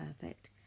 perfect